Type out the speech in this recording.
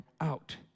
out